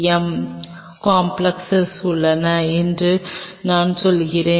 M கம்ப்ளஸ் உள்ளன என்று நான் சொல்கிறேன்